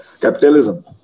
capitalism